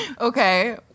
Okay